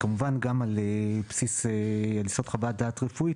כמובן גם על בסיס יסוד חוות דעת רפואית